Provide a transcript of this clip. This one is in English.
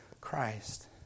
Christ